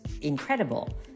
incredible